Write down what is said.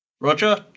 Roger